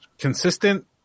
consistent